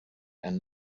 and